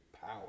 power